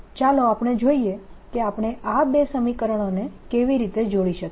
ચાલો આપણે જોઈએ કે આપણે આ બે સમીકરણોને કેવી રીતે જોડી શકીએ